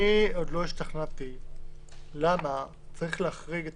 אני עוד לא השתכנעתי למה צריך להחריג את